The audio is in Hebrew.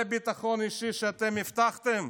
זה הביטחון האישי שאתם הבטחתם?